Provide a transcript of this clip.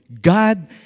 God